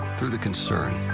through the concern.